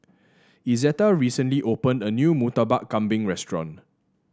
Izetta recently opened a new Murtabak Kambing restaurant